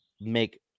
make